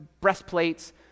breastplates